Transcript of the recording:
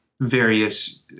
various